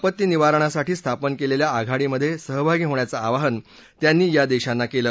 आपत्ती निवारणासाठी स्थापन केलेल्या आघाडीमध्ये सहभागी होण्याचं आवाहन त्यांनी या देशांना केलं